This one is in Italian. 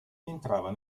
entrava